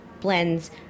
blends